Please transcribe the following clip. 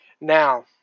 Now